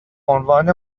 عنوان